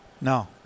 No